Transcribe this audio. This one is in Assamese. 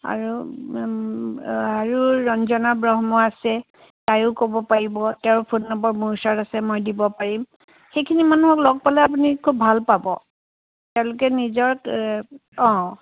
আৰু আৰু ৰঞ্জনা ব্ৰহ্ম আছে তাইও ক'ব পাৰিব তেওঁৰ ফোন নম্বৰ মোৰ ওচৰত আছে মই দিব পাৰিম সেইখিনি মানুহক লগ পালে আপুনি খুব ভাল পাব তেওঁলোকে নিজক অ